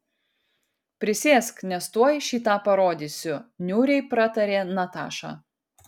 prisėsk nes tuoj šį tą parodysiu niūriai pratarė nataša